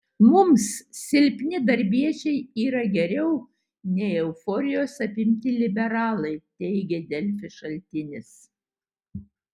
mums silpni darbiečiai yra geriau nei euforijos apimti liberalai teigė delfi šaltinis